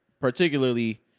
particularly